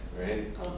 right